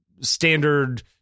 standard